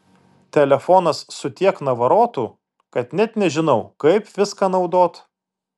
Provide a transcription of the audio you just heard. telefonas su tiek navarotų kad net nežinau kaip viską naudot